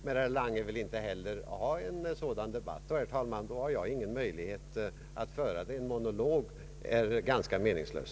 Men herr Lange vill inte heller föra en sådan debatt. Herr talman! Då har jag ingen möjlighet att föra den — en monolog är ganska meningslös.